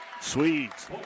Swedes